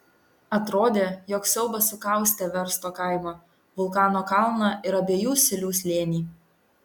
atrodė jog siaubas sukaustė versto kaimą vulkano kalną ir abiejų silių slėnį